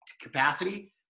capacity